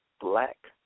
Black